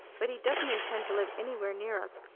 but he doesn't intend to live anywhere near us.